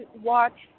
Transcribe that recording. watch